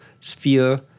sphere